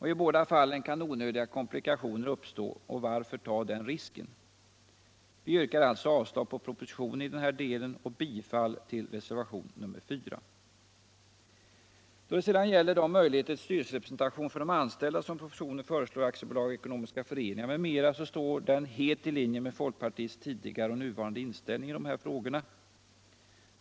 I båda fallen kan onödiga komplikationer uppstå. Varför ta den risken? Vi yrkar alltså avslag på propositionen i den här delen och bifall till reservationen 4. De möjligheter till styrelserepresentation för de anställda i aktiebolag och ekomomiska föreningar m.m. som propositionen föreslår står helt i linje med folkpartiets tidigare och nuvarande inställning i dessa frågor.